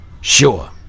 sure